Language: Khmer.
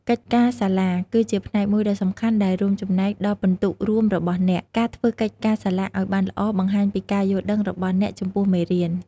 កិច្ចការសាលា គឺជាផ្នែកមួយដ៏សំខាន់ដែលរួមចំណែកដល់ពិន្ទុរួមរបស់អ្នក។ ការធ្វើកិច្ចការសាលាឱ្យបានល្អបង្ហាញពីការយល់ដឹងរបស់អ្នកចំពោះមេរៀន។